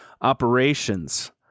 operations